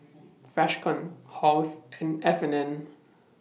Freshkon Halls and F and N